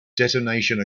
detonation